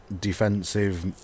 defensive